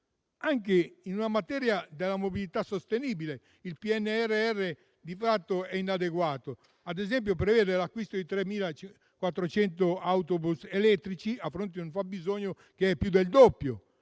Anche in materia di mobilità sostenibile, il PNRR di fatto è inadeguato: ad esempio, si prevede l'acquisto di 3.400 autobus elettrici, a fronte di un fabbisogno che è più del doppio;